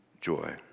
joy